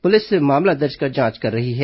police मामला दर्ज कर जांच कर रही है